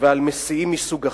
ועל מסיעים מסוג אחר,